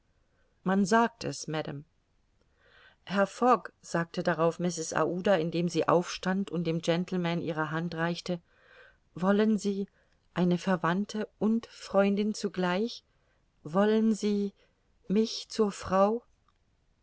man sagt es madame herr fogg sagte darauf mrs aouda indem sie aufstand und dem gentleman ihre hand reichte wollen sie eine verwandte und freundin zugleich wollen sie mich zur frau